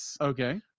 okay